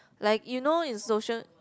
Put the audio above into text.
like you know in social